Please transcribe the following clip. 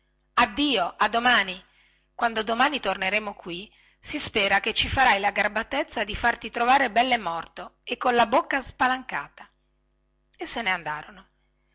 addio a domani quando domani torneremo qui si spera che ci farai la garbatezza di farti trovare belle morto e con la bocca spalancata e se ne andarono